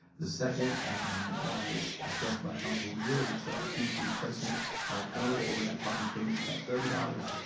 the second as discussed by councilmember wood, would set the fee for replacement of annual, overnight parking permits at thirty dollars.